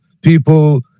people